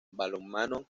balonmano